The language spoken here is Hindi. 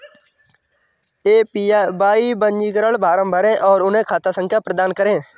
ए.पी.वाई पंजीकरण फॉर्म भरें और उन्हें खाता संख्या प्रदान करें